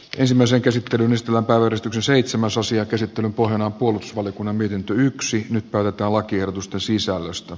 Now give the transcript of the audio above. ensimmäisen käsittelyn ystävä oli seitsemänsos ja käsittelyn pohjana on puolustusvaliokunnan mietintö yksin raivattava kirjoitusten sisällöstä